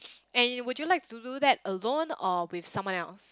and would you like to do that alone or with someone else